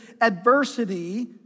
adversity